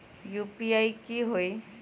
UPI की होई?